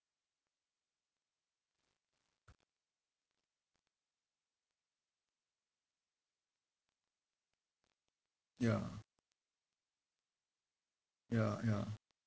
ya ya ya